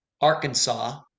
arkansas